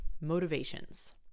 motivations